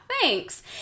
Thanks